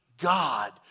God